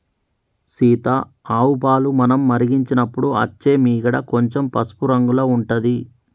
సీత ఆవు పాలు మనం మరిగించినపుడు అచ్చే మీగడ కొంచెం పసుపు రంగుల ఉంటది